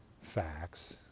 facts